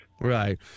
Right